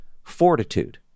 fortitude